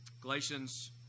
Galatians